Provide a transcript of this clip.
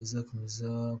izakomeza